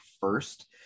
first